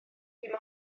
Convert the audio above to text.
dim